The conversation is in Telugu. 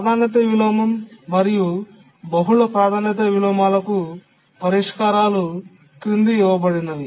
ప్రాధాన్యత విలోమం మరియు బహుళ ప్రాధాన్యత విలోమాలకు పరిష్కారాలు క్రింద ఇవ్వబడినవి